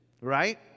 right